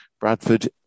Bradford